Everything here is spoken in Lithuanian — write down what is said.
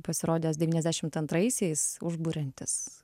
pasirodęs devyniasdešimt antraisiais užburiantis